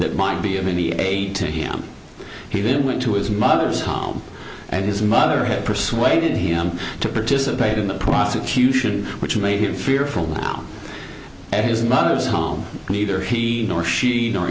that might be of any aid to him he then went to his mother's home and his mother had persuaded him to participate in the prosecution which made him fearful down at his mother's home neither he nor she nor